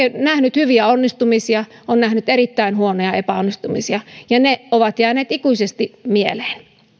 nähnyt hyviä onnistumisia on nähnyt erittäin huonoja epäonnistumisia ja ne ovat jääneet ikuisesti mieleen